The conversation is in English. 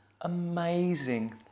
amazing